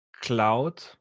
cloud